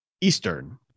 eastern